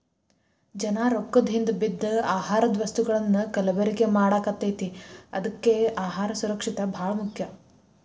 ಜನಾ ರೊಕ್ಕದ ಹಿಂದ ಬಿದ್ದ ಆಹಾರದ ವಸ್ತುಗಳನ್ನಾ ಕಲಬೆರಕೆ ಮಾಡಾಕತೈತಿ ಅದ್ಕೆ ಅಹಾರ ಸುರಕ್ಷಿತ ಬಾಳ ಮುಖ್ಯ